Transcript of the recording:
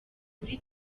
kuri